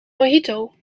mojito